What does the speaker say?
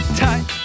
tight